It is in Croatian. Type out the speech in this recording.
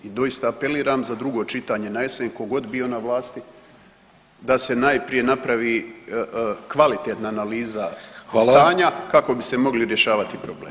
I doista apeliram za drugo čitanje na jesen ko god bio na vlasti da se najprije napravi kvalitetna analiza [[Upadica Reiner: Hvala.]] stanja kako bi se mogli rješavati problemi.